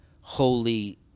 holy